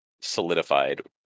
solidified